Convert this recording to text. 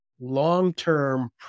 long-term